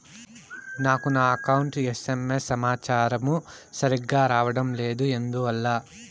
నాకు నా account SMS సమాచారము సరిగ్గా రావడం లేదు ఎందువల్ల?